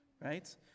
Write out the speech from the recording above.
right